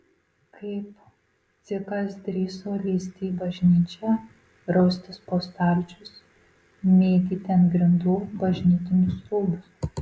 kaip dzikas drįso lįsti į bažnyčią raustis po stalčius mėtyti ant grindų bažnytinius rūbus